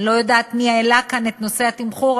אני לא יודעת מי העלה כאן את נושא התמחור,